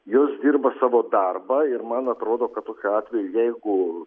jos dirba savo darbą ir man atrodo kad tokiu atveju jeigu